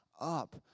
up